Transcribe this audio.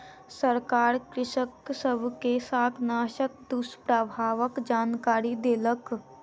सरकार कृषक सब के शाकनाशक दुष्प्रभावक जानकरी देलक